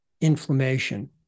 inflammation